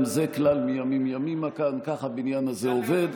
גם זה כלל מימים-ימימה כאן, כך הבניין הזה עובד.